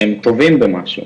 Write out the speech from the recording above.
שהם טובים במשהו.